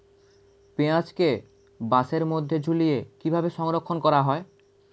পেঁয়াজকে বাসের মধ্যে ঝুলিয়ে কিভাবে সংরক্ষণ করা হয়?